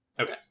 Okay